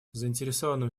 заинтересованными